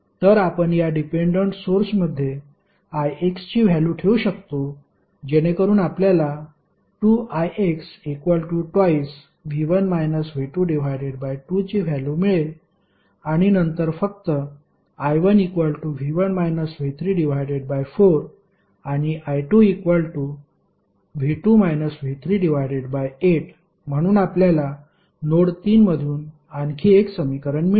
तर आपण या डिपेंडेंट सोर्समध्ये ix ची व्हॅल्यु ठेवू शकतो जेणेकरून आपल्याला 2ix 2V1 V22 ची व्हॅल्यु मिळेल आणि नंतर फक्त I1 V1 V34 आणि I2 V2 V38 म्हणून आपल्याला नोड 3 मधून आणखी एक समीकरण मिळाले